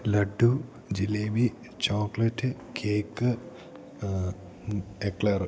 laddu jalebi chocolate cake eclair